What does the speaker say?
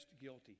guilty